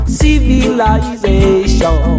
civilization